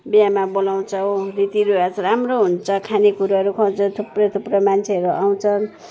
बिहामा बोलाउँछौँ रीतिरिवाज राम्रो हुन्छ खाने कुरोहरू खुवाउँछन् थुप्रो थुप्रो मान्छेहरू आउँछन्